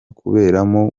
kuberamo